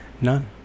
none